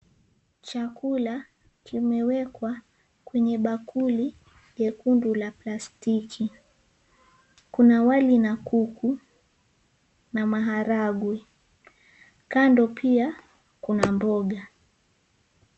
Chakula kimewekwa kwenye bakuli lekundu la plastiki. Kuna wali na kuku na maharagwe. Kando pia kuna mboga.